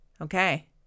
Okay